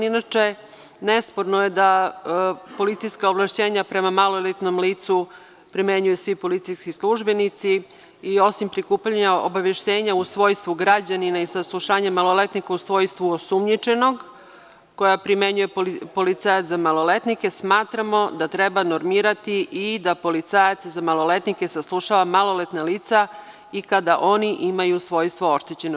Inače, nesporno je da policijska ovlašćenja prema maloletnom licu primenjuju svi policijski službenici i osim prikupljanja obaveštenja u svojstvu građanina i saslušanja maloletnika u svojstvu osumnjičenog koje primenjuje policajac za maloletnike, smatramo da treba normirati i da policajac za maloletnike saslušava maloletna lica i kada oni imaju svojstvo oštećenog.